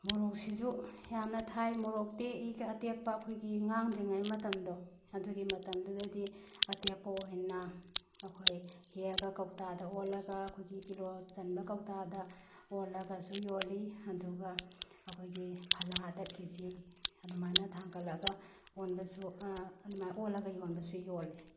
ꯃꯣꯔꯣꯛꯁꯤꯁꯨ ꯌꯥꯝꯅ ꯊꯥꯏ ꯃꯣꯔꯣꯛ ꯇꯦꯛꯏꯒ ꯑꯇꯦꯛꯄ ꯑꯩꯈꯣꯏꯒꯤ ꯉꯥꯡꯗ꯭ꯔꯤꯉꯩ ꯃꯇꯝꯗꯣ ꯑꯗꯨꯒꯤ ꯃꯇꯝꯗꯨꯗꯗꯤ ꯑꯇꯦꯛꯄ ꯑꯣꯏꯅ ꯑꯩꯈꯣꯏ ꯍꯦꯛꯑꯒ ꯀꯧꯇꯥꯗ ꯑꯣꯜꯂꯒ ꯑꯩꯈꯣꯏꯒꯤ ꯀꯤꯂꯣ ꯆꯟꯕ ꯀꯧꯇꯥꯗ ꯑꯣꯜꯂꯒꯁꯨ ꯌꯣꯜꯂꯤ ꯑꯗꯨꯒ ꯑꯩꯈꯣꯏꯒꯤ ꯐꯂꯥꯗ ꯀꯦꯖꯤ ꯑꯗꯨꯃꯥꯏꯅ ꯊꯥꯡꯒꯠꯂꯒ ꯑꯣꯟꯕꯁꯨ ꯑꯗꯨꯃꯥꯏ ꯑꯣꯜꯂꯒ ꯌꯣꯟꯕꯁꯨ ꯌꯣꯜꯂꯤ